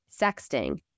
sexting